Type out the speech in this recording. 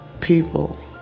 people